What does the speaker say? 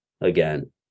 again